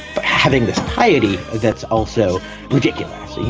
but having this piety, that's also ridiculous,